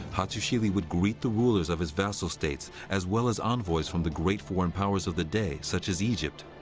hattusili would greet the rulers of his vassal states as well as envoys from the great foreign powers of the day, such as egypt.